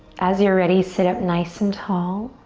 as your ready, sit up nice and tall.